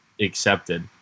accepted